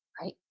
Right